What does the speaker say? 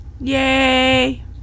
Yay